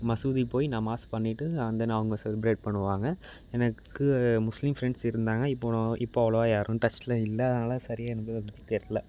மசூதி போய் நமாஸ் பண்ணிவிட்டு அந்த நாள் அவங்க செலிப்ரேட் பண்ணுவாங்க எனக்கு முஸ்லீம் ஃப்ரெண்ட்ஸ் இருந்தாங்க இப்போன்னு இப்போ அவ்வளவா யாரும் டச்சில் இல்லை அதனால் சரியாக எனக்கு தெரில